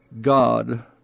god